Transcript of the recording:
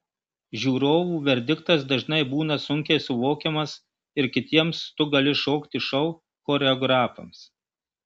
žiūrovų verdiktas dažnai būna sunkiai suvokiamas ir kitiems tu gali šokti šou choreografams